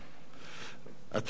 מה אתי?